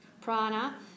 Prana